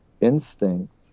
instinct